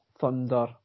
Thunder